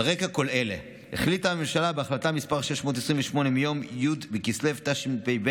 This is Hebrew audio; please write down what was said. על רקע כל אלה החליטה הממשלה בהחלטה מס' 628 מיום י' בכסלו התשפ"ב,